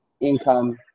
income